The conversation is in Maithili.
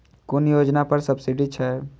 कुन योजना पर सब्सिडी छै?